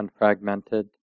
unfragmented